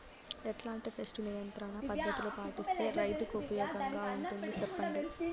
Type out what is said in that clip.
ఎట్లాంటి పెస్ట్ నియంత్రణ పద్ధతులు పాటిస్తే, రైతుకు ఉపయోగంగా ఉంటుంది సెప్పండి?